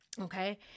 Okay